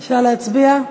אפשר להצביע.